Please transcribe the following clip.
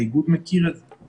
האיגוד מכיר את זה.